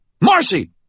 Marcy